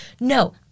no